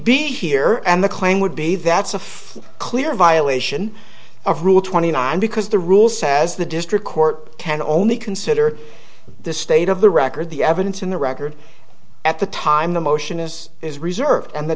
be here and the claim would be that's a clear violation of rule twenty nine because the rule says the district court can only consider the state of the record the evidence in the record at the time the motion is is reserved and the